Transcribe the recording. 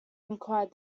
inquired